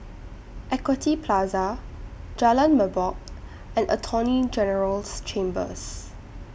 Equity Plaza Jalan Merbok and Attorney General's Chambers